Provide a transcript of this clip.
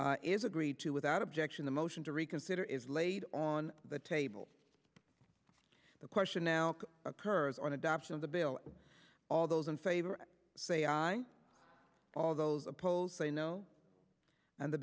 is agreed to without objection the motion to reconsider is laid on the table the question now occurs on adoption of the bill all those in favor say aye all those opposed say no and the